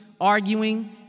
arguing